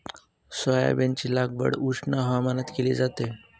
सोयाबीनची लागवड उष्ण हवामानात केली जाते